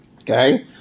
Okay